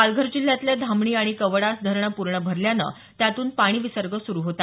पालघर जिल्ह्यातले धामणी आणि कवडास धरणं पूर्ण भरल्यानं त्यातून पाणी विसर्ग सुरु होता